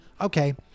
Okay